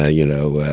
ah you know,